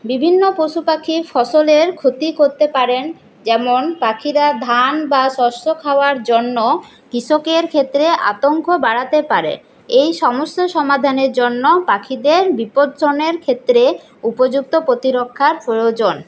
বিভিন্ন পশুপাখির ফসলের ক্ষতি করতে পারেন যেমন পাখিরা ধান বা শস্য খাওয়ার জন্য কৃষকের ক্ষেত্রে আতঙ্ক বাড়াতে পারে এই সমস্যা সমাধানের জন্য পাখিদের বিপদজনের ক্ষেত্রে উপযুক্ত প্রতিরক্ষার প্রয়োজন